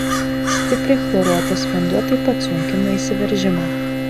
stipriai chloruotas vanduo taip pat sunkina įsiveržimą